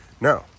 No